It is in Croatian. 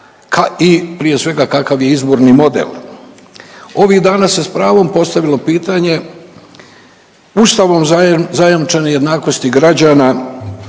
i prije svega kakav je izborni model. Ovih dana se pravom postavilo pitanje ustavom zajamčene jednakosti građana